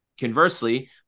conversely